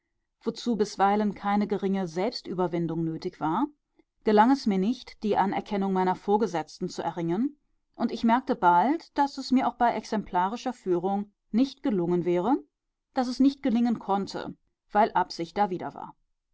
bisweilen keine geringe selbstüberwindung nötig war gelang es mir nicht die anerkennung meiner vorgesetzten zu erringen und ich merkte bald daß es mir auch bei exemplarischer führung nicht gelungen wäre daß es nicht gelingen konnte weil absicht dawider war